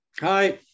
Hi